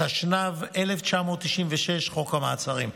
התשנ"ו 1996, חוק המעצרים.